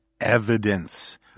evidence